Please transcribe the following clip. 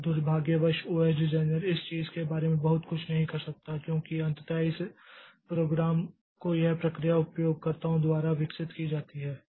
और दुर्भाग्यवश OS designer इस चीज़ के बारे में बहुत कुछ नहीं कर सकता क्योंकि अंततः इस प्रोग्राम को यह प्रक्रिया उपयोगकर्ताओं द्वारा विकसित की जाती है